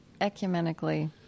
ecumenically